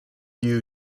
you